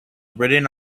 written